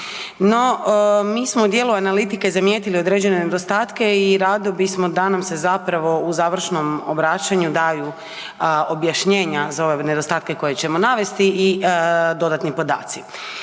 No, mi smo u dijelu analitike zamijetili određene nedostatke i rado bismo da nam se zapravo u završnom obraćanju daju objašnjenja za ove nedostatke koje ćemo navesti i dodatni podaci.